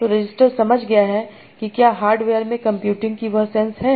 तो रजिस्टर समझ गया है कि क्या हार्डवेयर में कंप्यूटिंग की वह सेंस है